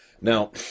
Now